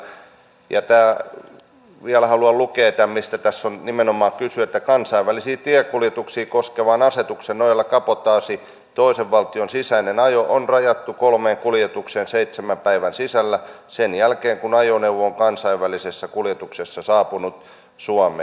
vielä haluan lukea tämän mistä tässä on nimenomaan kyse että kansainvälisiä tiekuljetuksia koskevan asetuksen nojalla kabotaasi toisen valtion sisäinen ajo on rajattu kolmeen kuljetukseen seitsemän päivän sisällä sen jälkeen kun ajoneuvo on kansainvälisessä kuljetuksessa saapunut suomeen